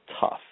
tough